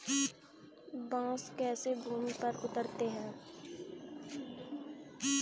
बांस कैसे भूमि पर उगते हैं?